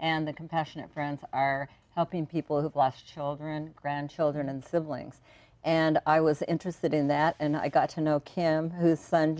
and the compassionate friends are helping people who've lost children grandchildren and siblings and i was interested in that and i got to know kim whose son